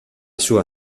sua